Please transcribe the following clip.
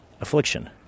Affliction